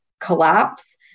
Collapse